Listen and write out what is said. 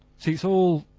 see it's all,